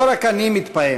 לא רק אני מתפעם,